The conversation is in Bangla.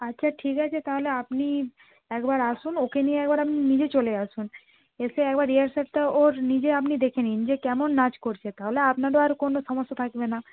আচ্ছা ঠিক আছে তাহলে আপনি একবার আসুন ওকে নিয়ে একবার আপনি নিজে চলে আসুন এসে একবার রিহার্সালটা ওর নিজে আপনি দেখে নিন যে কেমন নাচ করছে তাহলে আপনারও আর কোনো সমস্যা থাকবে না